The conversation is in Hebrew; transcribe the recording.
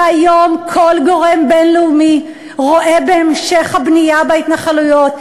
והיום כל גורם בין-לאומי רואה בהמשך הבנייה בהתנחלויות,